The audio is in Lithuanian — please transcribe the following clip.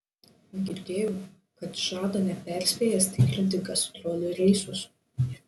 girdėjau kad žada neperspėjęs tikrinti gastrolių reisus